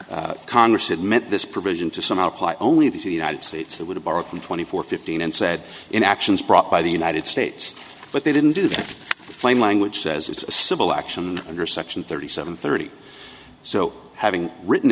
it congress admit this provision to somehow apply only the united states that would have broken twenty four fifteen and said in actions brought by the united states but they didn't do that flame language says it's a civil action under section thirty seven thirty so having written